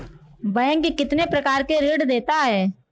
Bank कितने प्रकार के ऋण देता है?